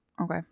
Okay